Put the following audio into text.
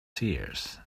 seers